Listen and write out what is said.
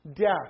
death